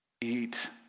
eat